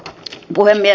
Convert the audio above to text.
puhemies